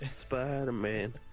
Spider-Man